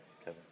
Kevin